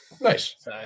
Nice